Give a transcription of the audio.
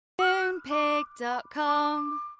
Moonpig.com